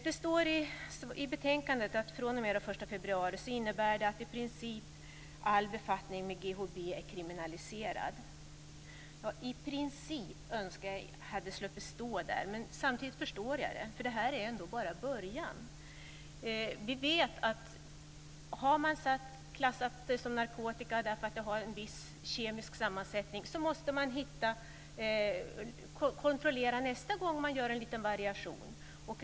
Det står i betänkandet att fr.o.m. den 1 februari är i princip all befattning med GHB kriminaliserad. Jag hade önskat att det hade sluppit stå "i princip", men samtidigt förstår jag det. Det här är ändå bara början. Har man klassat ett ämne som narkotika därför att det har en viss kemisk sammansättning måste man kontrollera nästa gång det görs en liten variation.